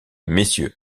messieurs